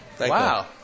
Wow